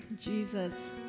Jesus